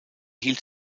hielt